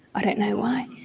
i don't know why,